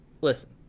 Listen